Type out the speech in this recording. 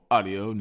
Audio